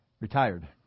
retired